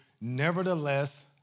nevertheless